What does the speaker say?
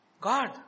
God